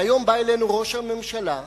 והיום בא אלינו ראש הממשלה ואומר,